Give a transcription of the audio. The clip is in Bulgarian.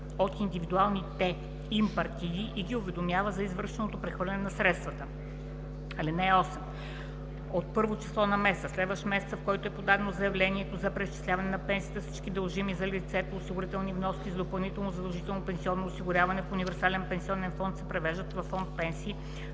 от индивидуалните им партиди и ги уведомява за извършеното прехвърляне на средствата. (8) От първо число на месеца, следващ месеца, в който е подадено заявлението за преизчисляване на пенсията, всички дължими за лицето осигурителни вноски за допълнително задължително пенсионно осигуряване в универсален пенсионен фонд се превеждат във фонд „Пенсии“,